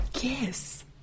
Yes